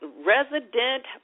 resident